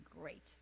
great